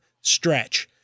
stretch